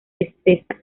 espesa